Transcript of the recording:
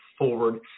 forward